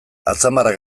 atzamarrak